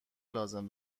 لازم